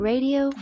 Radio